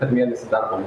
per mėnesį darbo